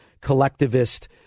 collectivist